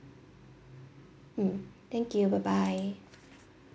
mm thank you bye bye